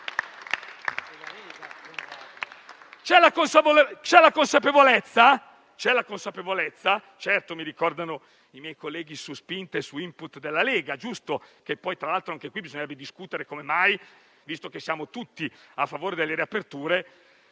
C'è la consapevolezza; certo, come mi ricordano i miei colleghi, su *input* della Lega, giusto. Tra l'altro, anche qui bisognerebbe discutere di come mai, visto che siamo tutti a favore delle riaperture,